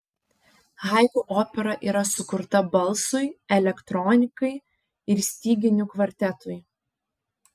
haiku opera yra sukurta balsui elektronikai ir styginių kvartetui